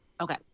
Okay